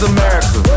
America